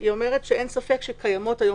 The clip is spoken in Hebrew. היא אומרת שאין ספק שקיימות היום